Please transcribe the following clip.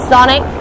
Sonic